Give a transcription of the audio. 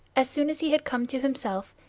as soon as he had come to himself,